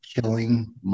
killing